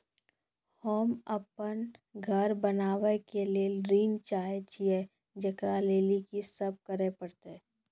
होम अपन घर बनाबै के लेल ऋण चाहे छिये, जेकरा लेल कि सब करें परतै?